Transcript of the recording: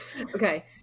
Okay